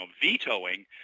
vetoing